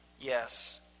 yes